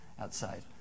outside